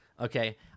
Okay